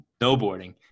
snowboarding